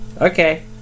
Okay